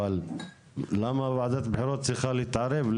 אבל למה וועדת בחירות צריכה להתערב,